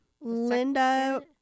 Linda-